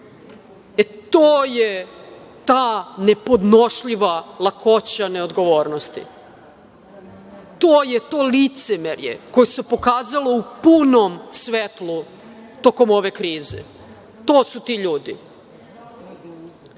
e to je ta nepodnošljiva lakoća neodgovornosti. To je to licemerje koje se pokazalo u punom svetlu tokom ove krize. To su ti